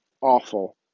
awful